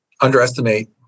underestimate